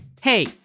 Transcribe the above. Hey